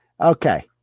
Okay